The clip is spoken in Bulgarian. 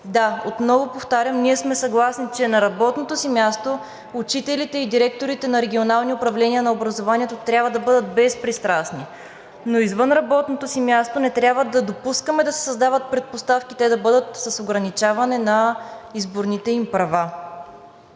Да, отново повтарям, ние сме съгласни, че на работното си място учителите и директорите на регионални управления на образованието трябва да бъдат безпристрастни, но извън работното си място не трябва да допускаме да се създават предпоставки те да бъдат с ограничаване на изборните им права.